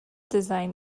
design